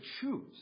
choose